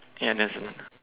ya that's it